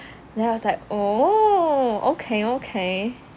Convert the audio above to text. then I was like oh okay okay